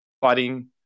fighting